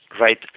right